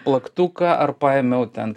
plaktuką ar paėmiau ten